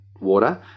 water